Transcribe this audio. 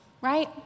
right